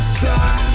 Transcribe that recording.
sun